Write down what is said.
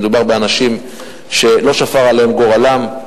מדובר באנשים שלא שפר עליהם גורלם.